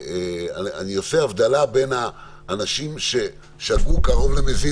אני עושה הבדלה בין האנשים שעברו קרוב למזיד,